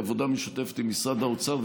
בעבודה משותפת עם משרד האוצר,